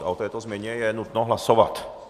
O této změně je nutno hlasovat.